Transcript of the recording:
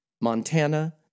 Montana